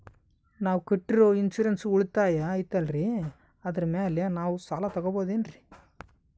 ನಾವು ಕಟ್ಟಿರೋ ಇನ್ಸೂರೆನ್ಸ್ ಉಳಿತಾಯ ಐತಾಲ್ರಿ ಅದರ ಮೇಲೆ ನಾವು ಸಾಲ ತಗೋಬಹುದೇನ್ರಿ?